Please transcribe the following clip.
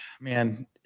man